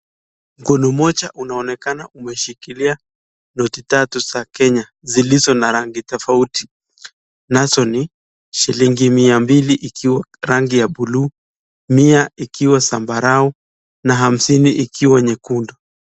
Mkono mmoja unaonekana umeshikilia noti tatu za Kenya zilizo na rangi tofauti nazo ni , shilingi mia mbili ikiwa rangi ya bluu ,mia ikiwa zambarau na hamsini ikiwa nyekundu.